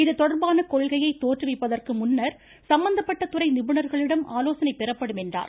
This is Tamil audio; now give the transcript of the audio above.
இதுதொடர்பான கொள்கையை தோற்றுவிப்பதற்கு முன்னர் சம்பந்தப்பட்ட துறை நிபுணர்களிடம் ஆலோசனை பெறப்படும் என்றார்